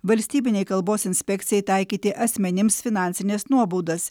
valstybinei kalbos inspekcijai taikyti asmenims finansines nuobaudas